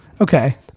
okay